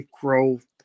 growth